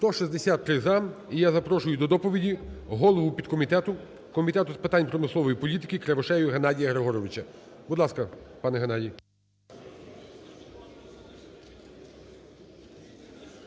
За-163 І я запрошую до доповіді голову підкомітету Комітету з питань промислової політики Кривошею Геннадія Григоровича. Будь ласка, пане Геннадій.